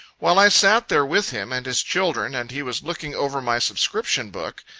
while i sat there with him and his children, and he was looking over my subscription book,